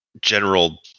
general